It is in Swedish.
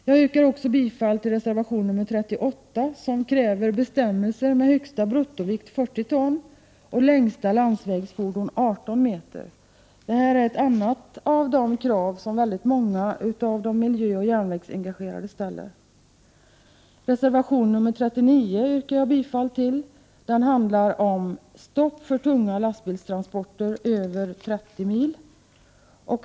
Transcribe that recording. Jag yrkar också bifall till reservation 38, där vi kräver bestämmelser om en högsta bruttovikt om 40 ton och längsta längd om 18 meter för landsvägsfordon. Detta är ett krav som många miljöoch järnvägsengagerade ställer Jag yrkar också bifall till reservation 39. I den krävs stopp för tunga lastbilstransporter över 30 mil.